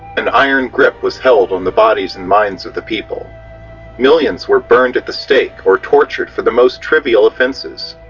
an iron grip was held on the bodies and minds of the people millions were burned at the stake or tortured for the most trivial offenses.